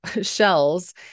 shells